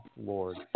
lord